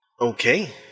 Okay